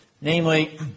namely